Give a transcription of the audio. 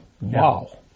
Wow